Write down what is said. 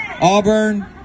Auburn